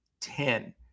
ten